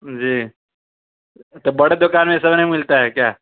جی تو بڑے دکان میں یہ سب نہیں ملتا ہے کیا